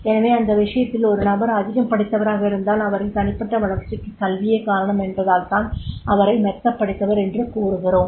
எனவே அந்த விஷயத்தில் ஒரு நபர் அதிகம் படித்தவராக இருந்தால் அவரின் தனிப்பட்ட வளர்ச்சிக்கு கல்வியே காரணம் என்பதால் தான் அவரை மெத்தப்படித்தவர் என்று கூறுகிறோம்